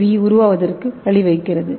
we உருவாவதற்கு வழிவகுக்கிறது